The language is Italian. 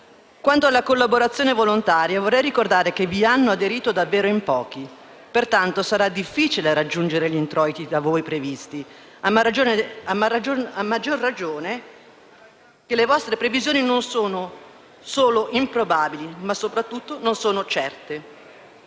Quanto alla collaborazione volontaria, vorrei ricordare che vi hanno aderito davvero in pochi. Pertanto, sarà difficile raggiungere gli introiti da voi previsti, a maggior ragione visto che le vostre previsioni non solo sono improbabili, ma soprattutto non sono certe.